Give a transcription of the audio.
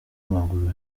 amaguru